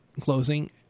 closing